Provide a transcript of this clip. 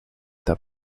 the